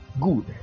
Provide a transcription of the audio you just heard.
Good